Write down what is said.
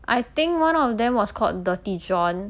I think one of them was called dirty john